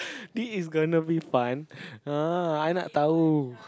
this is going to be fun